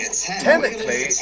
Technically